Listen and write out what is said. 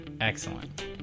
Excellent